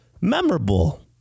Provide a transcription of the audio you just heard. Memorable